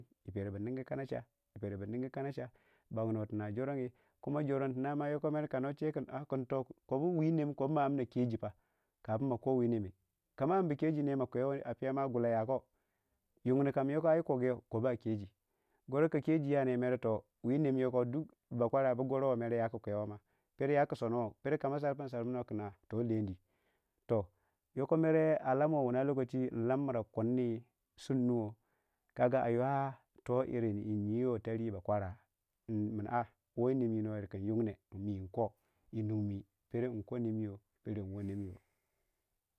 Kanadiyi perebu ningu kanacha bagnuwe tuna jorondi cage jorandi yoko a kanache in a' kopu wii neme kopu ma amno keji pa kapun ma ko wii neme kama amminbu keji ne ma kwewe a piiyau ma gullai yako yungne kam yoka aii koguyau kopu a keji goro ka keji yane mere too wii nem yoko ba kwara bugorowan mera ma yaku kwewou mo pero yaku sonuwou pero kama sarpiina samnuwai in a toh leidi toh yoko mere a lamui we wuna lokaci nlam, milla kunni surnuwo aga ayo toh ijiryi yiiwa tariyi ba kwara min a' woo yi nem wu noyir in yungne mi nko yi nunmi pero yin ko nemiyo pero nwoo nemiyo.